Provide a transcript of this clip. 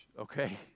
okay